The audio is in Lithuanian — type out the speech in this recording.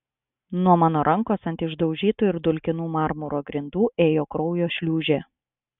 nuo mano rankos ant išdaužytų ir dulkinų marmuro grindų ėjo kraujo šliūžė